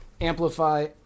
amplify